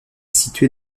située